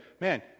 man